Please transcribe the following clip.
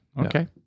Okay